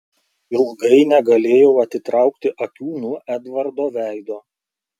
ilgai negalėjau atitraukti akių nuo edvardo veido